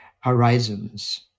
horizons